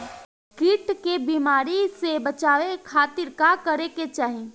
कीट के बीमारी से बचाव के खातिर का करे के चाही?